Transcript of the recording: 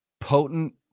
potent